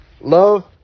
love